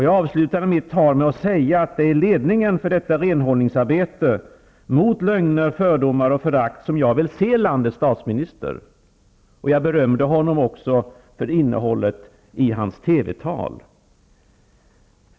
Jag avslutade mitt anförande med att säga att det är i ledningen för detta renhållningsarbete mot lögner, fördomar och förakt som jag vill se landets statsminister. Jag berömde honom också för innehållet i hans TV-tal.